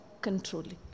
controlling